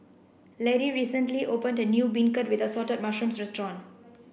Lidie recently opened a new beancurd with assorted mushrooms restaurant